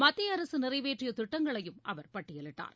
மத்திய அரசு நிறைவேற்றிய திட்டங்களையும் அவர் பட்டியலிட்டார்